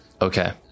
okay